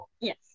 yes